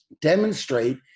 Demonstrate